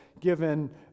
given